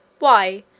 why!